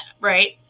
right